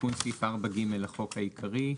תיקון סעיף 4ג לחוק העיקרי.